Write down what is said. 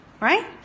right